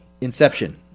Inception